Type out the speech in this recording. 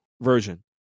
version